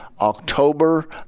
October